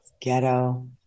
ghetto